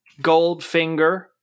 Goldfinger